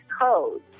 codes